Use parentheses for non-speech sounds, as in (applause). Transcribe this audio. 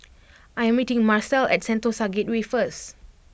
(noise) I am meeting Marcelle at Sentosa Gateway first